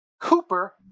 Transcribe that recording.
Cooper